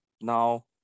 now